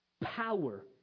power